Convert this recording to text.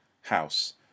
house